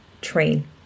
train